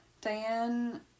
Diane